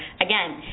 Again